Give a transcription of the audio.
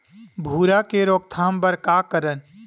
भूरा के रोकथाम बर का करन?